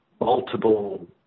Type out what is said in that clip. multiple